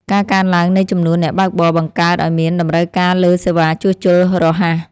ការកើនឡើងនៃចំនួនអ្នកបើកបរ បង្កើតឱ្យមានតម្រូវការលើសេវាជួសជុលរហ័ស។